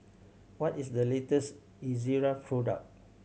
what is the latest Ezerra product